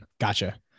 Gotcha